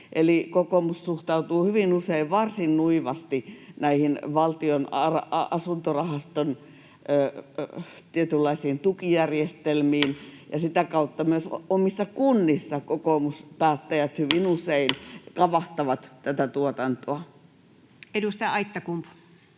kokoomus suhtautuu hyvin usein varsin nuivasti näihin Valtion asuntorahaston tietynlaisiin tukijärjestelmiin, ja sitä kautta myös omissa kunnissaan kokoomuspäättäjät hyvin usein kavahtavat tätä tuotantoa. [Speech 115]